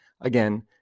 again